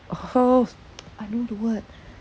I know the word